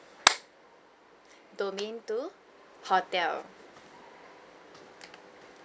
domain two hotel